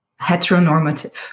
heteronormative